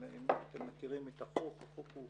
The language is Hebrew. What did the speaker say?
אם אתם מכירים את החוק, החוק הוא